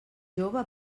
jove